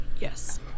Yes